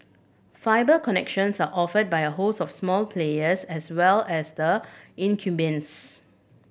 fibre connections are offered by a host of small players as well as the incumbents